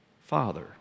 father